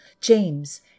James